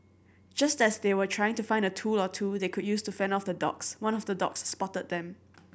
just as they were trying to find a tool or two that they could use to fend off the dogs one of the dogs spotted them